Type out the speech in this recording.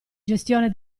gestione